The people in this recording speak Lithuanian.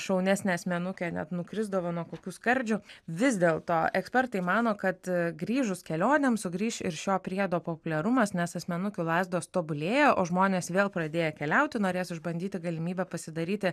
šaunesnę asmenukę net nukrisdavo nuo kokių skardžių vis dėlto ekspertai mano kad grįžus kelionėms sugrįš ir šio priedo populiarumas nes asmenukių lazdos tobulėja o žmonės vėl pradėję keliauti norės išbandyti galimybę pasidaryti